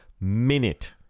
minute